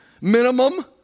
minimum